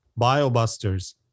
BioBusters